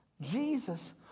Jesus